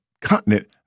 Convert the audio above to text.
continent